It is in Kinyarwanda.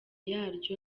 yaryo